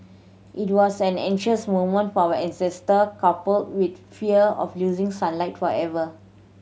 it was an anxious moment for our ancestor coupled with the fear of losing sunlight forever